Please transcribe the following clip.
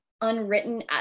unwritten